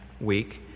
week